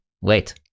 wait